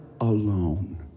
alone